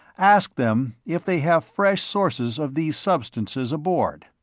ask them if they have fresh sources of these substances aboard.